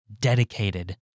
dedicated